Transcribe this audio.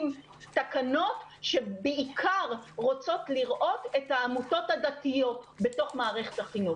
עם תקנות שבעיקר רוצות לראות את העמותות הדתיות בתוך מערכת החינוך.